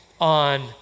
on